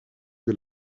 que